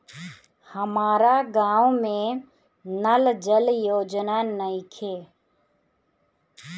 हमारा गाँव मे नल जल योजना नइखे?